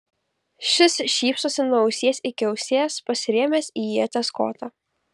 šis šypsosi nuo ausies iki ausies pasirėmęs į ieties kotą